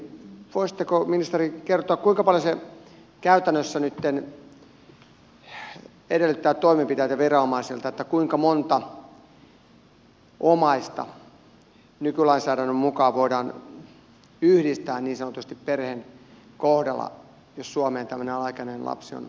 voisitteko ministeri kertoa kuinka paljon se käytännössä nytten edellyttää toimenpiteitä viranomaisilta että kuinka monta omaista nykylainsäädännön mukaan voidaan yhdistää niin sanotusti perheen kohdalla jos suomeen tällainen alaikäinen lapsi on päässyt